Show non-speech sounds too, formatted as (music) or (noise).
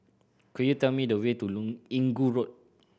could you tell me the way to (unintelligible) Inggu Road